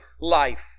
life